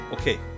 Okay